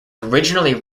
originally